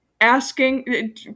asking